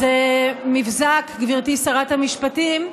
אז מבזק, גברתי שרת המשפטים: